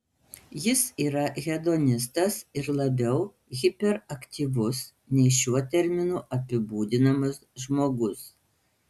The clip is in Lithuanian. jis yra hedonistas ir labiau hiperaktyvus nei šiuo terminu apibūdinamas žmogus